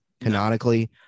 canonically